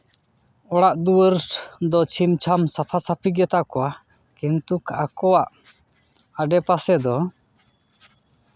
ᱚᱲᱟᱜ ᱫᱩᱣᱟᱹᱨ ᱫᱚ ᱪᱷᱤᱢ ᱪᱷᱟᱢ ᱥᱟᱯᱷᱟ ᱥᱟᱹᱯᱷᱤ ᱜᱮᱛᱟ ᱠᱚᱣᱟ ᱠᱤᱱᱛᱩ ᱟᱠᱚᱣᱟᱜ ᱟᱰᱮᱯᱟᱥᱮ ᱫᱚ